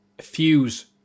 Fuse